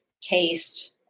taste